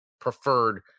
preferred